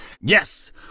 Yes